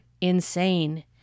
insane